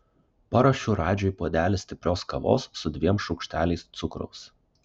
paruošiu radžiui puodelį stiprios kavos su dviem šaukšteliais cukraus